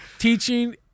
Teaching